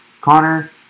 Connor